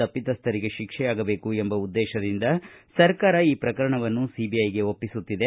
ತಪ್ಪಿಸ್ಥರಿಗೆ ಶಿಕ್ಷೆಯಾಗಬೇಕು ಎಂಬ ಉದ್ದೇತದಿಂದ ಸರ್ಕಾರ ಈ ಪ್ರಕರಣವನ್ನು ಸಿಬಿಐಗೆ ಒಪ್ಪಿಸುತ್ತಿದೆ